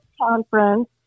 conference